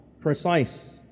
precise